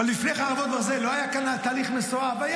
אבל לפני חרבות ברזל לא היה כאן תהליך מסואב?